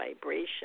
vibration